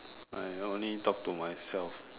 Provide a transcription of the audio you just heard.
I only talk to myself